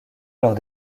lors